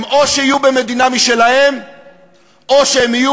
הוא או שיהיו במדינה משלהם או שהם יהיו